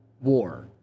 war